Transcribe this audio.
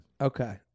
Okay